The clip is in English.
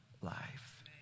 life